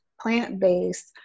plant-based